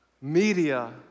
media